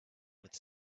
with